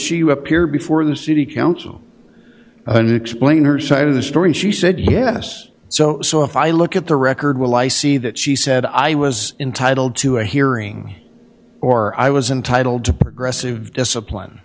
appear before the city council and explain her side of the story she said yes so if i look at the record will i see that she said i was entitled to a hearing or i was entitled to progressive discipline